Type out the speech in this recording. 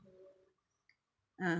(uh huh)